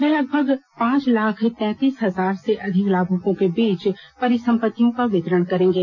वे लगभग पांच लाख तैंतीस हजार से अधिक लाभुकों के बीच परिसंपत्तियों का वितरण करेंगे